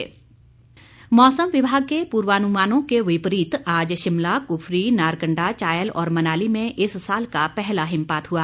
मौसम मौसम विभाग के पूर्वानुमानों के विपरीत आज शिमला कुफरी नारकंडा चायल और मनाली में इस साल का पहला हिमपात हुआ